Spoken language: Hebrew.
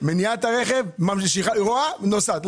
מניעה את הרכב, היא רואה, נוסעת.